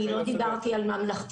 אני לא דיברתי על החינוך הממלכתי.